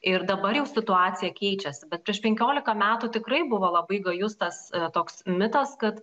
ir dabar jau situacija keičiasi bet prieš penkioliką metų tikrai buvo labai gajus tas toks mitas kad